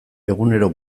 egunero